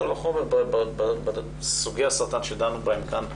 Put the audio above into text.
קל וחומר בסוגי הסרטן שדנו בהם כאן בדיון,